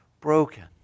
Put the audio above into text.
broken